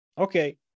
Okay